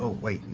ah wait, and